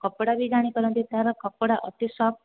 କପଡ଼ା ବି ଜାଣି ପାରନ୍ତି ତା'ର କପଡ଼ା ଅତି ସଫ୍ଟ